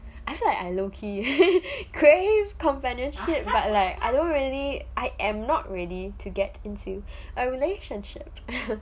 I feel like I low key crave companionship but like I don't really I am not ready to get into a relationship